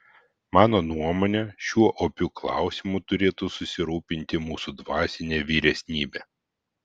mano nuomone šiuo opiu klausimu turėtų susirūpinti mūsų dvasinė vyresnybė